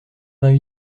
vingt